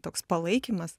toks palaikymas